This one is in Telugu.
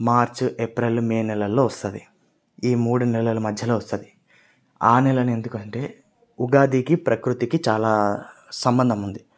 మార్చి ఏప్రిల్ మే నెలల్లో వస్తుంది ఈ మూడు నెలల మధ్యలో వస్తుంది ఆ నెలే ఎందుకంటే ఉగాదికి ప్రకృతికి చాలా సంబంధం ఉంది